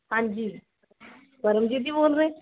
ਹਾਂਜੀ ਪਰਮਜੀਤ ਜੀ ਬੋਲ ਰਹੇ